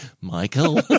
Michael